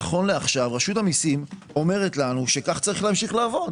נכון לעכשיו רשות המיסים אומרת לנו שכך יש להמשיך לעבוד.